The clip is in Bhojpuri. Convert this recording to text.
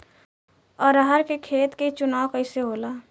अरहर के खेत के चुनाव कइसे होला?